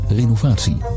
renovatie